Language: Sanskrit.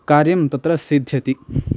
कार्यं तत्र सिद्ध्यति